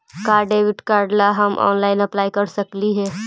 का debit card ला हम ऑनलाइन अप्लाई कर सकली हे?